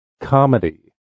comedy